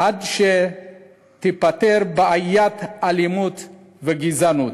עד שתיפתר בעיית האלימות והגזענות.